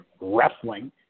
wrestling